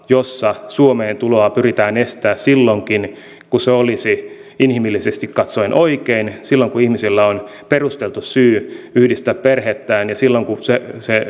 jossa suomeen tuloa pyritään estämään silloinkin kun se olisi inhimillisesti katsoen oikein silloin kun ihmisillä on perusteltu syy yhdistää perhettään ja silloin kun se se